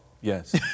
yes